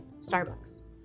Starbucks